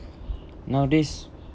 nowadays